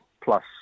plus